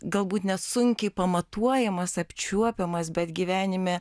galbūt net sunkiai pamatuojamas apčiuopiamas bet gyvenime